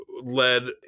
led